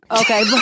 Okay